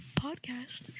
Podcast